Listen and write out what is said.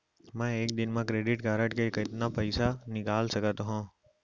मैं एक दिन म क्रेडिट कारड से कतना पइसा निकाल सकत हो?